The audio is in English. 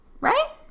Right